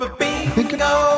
bingo